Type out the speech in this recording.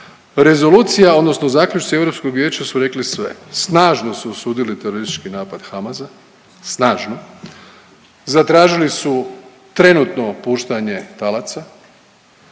Rezolucija odnosno zaključci Europskog vijeća su rekli sve. Snažno su osudili teroristički napad Hamasa, snažno, zatražili su trenutno puštanje talaca,